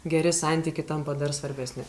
geri santykiai tampa dar svarbesni